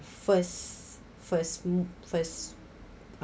first first mo~ first